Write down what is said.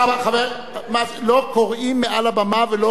חבר, לא קורעים מעל הבמה ולא עושים,